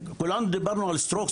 דיברנו על סטרוק.